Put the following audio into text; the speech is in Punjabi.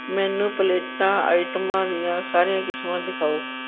ਮੈਨੂੰ ਪਲੇਟਾਂ ਆਈਟਮਾਂ ਦੀਆਂ ਸਾਰੀਆਂ ਕਿਸਮਾਂ ਦਿਖਾਓ